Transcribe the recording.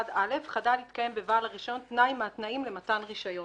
"(1א)חדל להתקיים בבעל הרישיון תנאי מהתנאים למתן רישיון;".